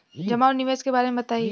जमा और निवेश के बारे मे बतायी?